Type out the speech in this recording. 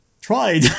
tried